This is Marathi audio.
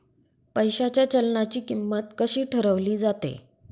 पैशाच्या चलनाची किंमत कशी ठरवली जाते